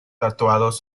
tatuados